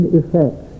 effect